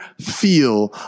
feel